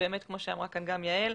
כמו שאמרה כאן גם יעל,